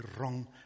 wrong